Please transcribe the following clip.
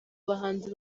bahanzi